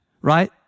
right